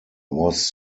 was